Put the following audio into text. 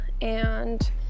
And-